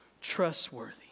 trustworthy